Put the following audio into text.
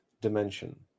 dimension